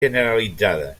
generalitzada